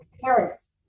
parents